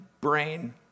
brain